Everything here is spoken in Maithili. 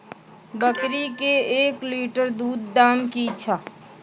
बकरी के एक लिटर दूध दाम कि छ?